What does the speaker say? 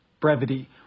brevity